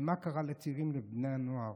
ומה קרה לצעירים ולבני הנוער?